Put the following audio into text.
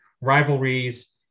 rivalries